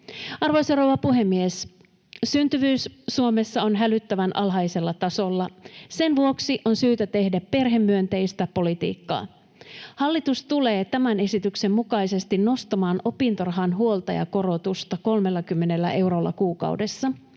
Arvoisa rouva puhemies! Syntyvyys Suomessa on hälyttävän alhaisella tasolla. Sen vuoksi on syytä tehdä perhemyönteistä politiikkaa. Hallitus tulee tämän esityksen mukaisesti nostamaan opintorahan huoltajakorotusta 30 eurolla kuukaudessa.